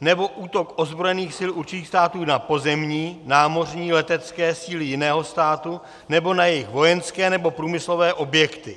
nebo útok ozbrojených sil určitých států na pozemní, námořní, letecké síly jiného státu nebo na jejich vojenské nebo průmyslové objekty.